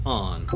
on